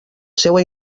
seua